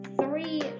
three